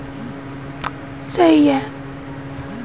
लाभार्थी को देखने या हटाने के लिए हमे नेट बैंकिंग में लॉगिन करना होगा